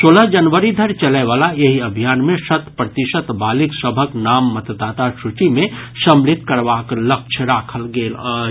सोलह जनवरी धरि चलय वला एहि अभियान मे शत प्रतिशत बालिग सभक नाम मतदाता सूची मे सम्मिलित करबाक लक्ष्य राखल गेल अछि